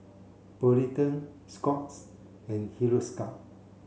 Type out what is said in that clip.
Polident Scott's and Hiruscar